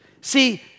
See